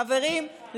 חברים,